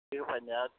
एबारनिया